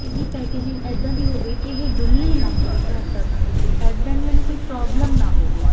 ਇਹਦੀ ਪੈਕਜਿੰਗ ਇੱਦਾਂ ਦੀ ਹੋਵੇ ਕਿ ਇਹ ਡੁੱਲੇ ਨਾ ਮੇਰੇ ਘਰ ਤੱਕ ਆਉਂਦੇ 'ਤੇ ਐਟ ਦੈਨ ਮੈਨੂੰ ਕੋਈ ਪ੍ਰੋਬਲਮ ਨਾ ਹੋਵੇ